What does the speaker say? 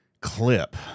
clip